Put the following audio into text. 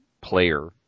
player